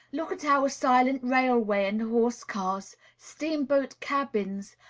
look at our silent railway and horse-cars, steamboat-cabins,